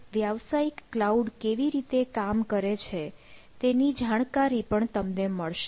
એક વ્યાવસાયિક ક્લાઉડ કેવી રીતે કામ કરે છે તેની જાણકારી પણ તમને મળશે